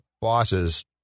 bosses